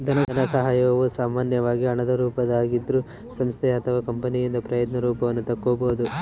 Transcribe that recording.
ಧನಸಹಾಯವು ಸಾಮಾನ್ಯವಾಗಿ ಹಣದ ರೂಪದಾಗಿದ್ರೂ ಸಂಸ್ಥೆ ಅಥವಾ ಕಂಪನಿಯಿಂದ ಪ್ರಯತ್ನ ರೂಪವನ್ನು ತಕ್ಕೊಬೋದು